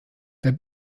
der